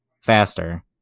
Faster